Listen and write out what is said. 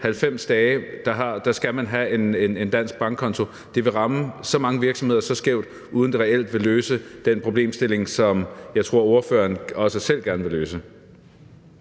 90 dage skal man have en dansk bankkonto, vil ramme mange virksomheder så skævt, uden at det reelt vil løse den problemstilling, som jeg tror ordføreren også selv gerne vil løse.